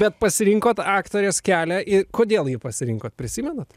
bet pasirinkot aktorės kelią i kodėl jį pasirinkot prisimenat